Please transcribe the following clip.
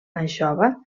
anxova